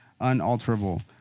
unalterable